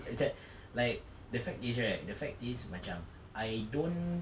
like the fact you right the fact is macam